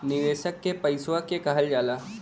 निवेशक के पइसवा के कहल जाला